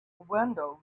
windows